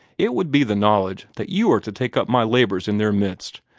it would be the knowledge that you are to take up my labors in their midst.